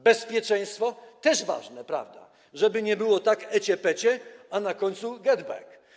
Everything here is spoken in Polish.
Bezpieczeństwo też jest ważne, prawda, żeby nie było tak ecie-pecie, a na końcu GetBack.